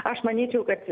aš manyčiau kad